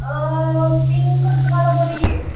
অঁ পিংকত ভাল হ'ব নিকি